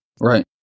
right